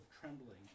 trembling